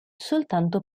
soltanto